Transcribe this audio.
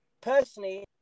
personally